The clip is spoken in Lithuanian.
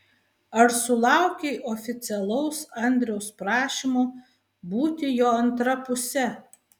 ar sulaukei oficialaus andriaus prašymo būti jo antra puse